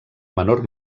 menor